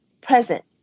present